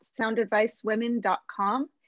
soundadvicewomen.com